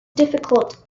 difficult